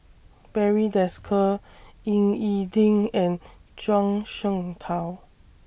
Barry Desker Ying E Ding and Zhuang Shengtao